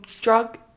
drug